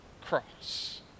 cross